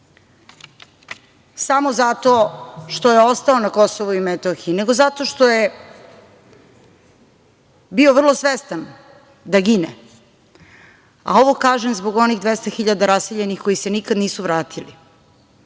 samo zato što je ostao na Kosovu i Metohiji, nego zato što je bio vrlo svestan da gine, a ovo kažem zbog onih 200.000 raseljenih koji se nikada nisu vratili,